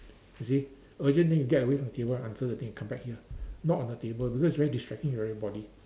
you see urgent then you get away from the table answer the thing and come back here not on the table because it's very distracting to everybody